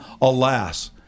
Alas